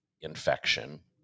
infection